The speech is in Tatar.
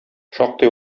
шактый